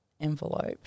envelope